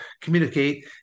communicate